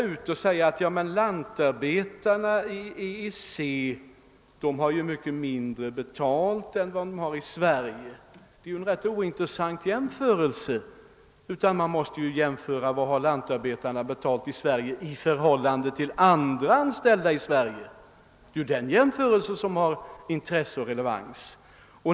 Att säga att lantarbetarna i EEC har mycket mindre betalt än de har i Sverige är en ointressant jämförelse. Man måste jämföra vad lantarbetarna har betalt i Sverige i förhållande till andra anställda i Sverige. Det är en jämförelse som har intresse och relevans.